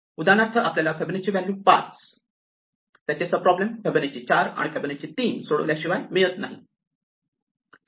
उदाहरणार्थ आपल्याला Fibonacci 5 value त्याचे सब प्रॉब्लेम फिबोनाची 4 आणि फिबोनाची 3 सोडविल्यास शिवाय मिळत नाही